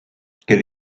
quel